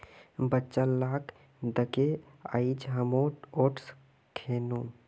बच्चा लाक दखे आइज हामो ओट्स खैनु